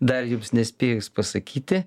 dar jums nespėjus pasakyti